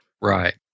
Right